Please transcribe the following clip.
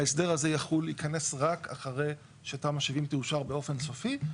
ההסדר הזה ייכנס רק אחרי שתמ"א 70 תאושר באופן סופי.